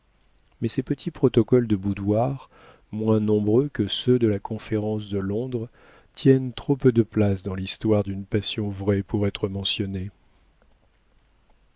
mais ces petits protocoles de boudoir moins nombreux que ceux de la conférence de londres tiennent trop peu de place dans l'histoire d'une passion vraie pour être mentionnés